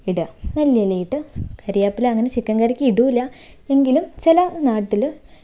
ഇടുക മല്ലിയില ഇട്ട് കറിവേപ്പില അങ്ങനെ ചിക്കൻ കറിക്ക് ഇടില്ല എങ്കിലും ചില നാട്ടിൽ